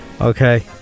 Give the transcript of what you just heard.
Okay